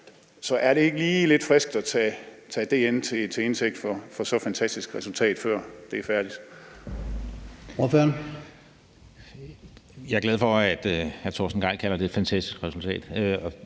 Så er det ikke lige lidt friskt at tage det til indtægt for at være så fantastisk et resultat, før det er færdigt?